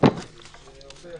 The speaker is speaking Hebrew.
הופך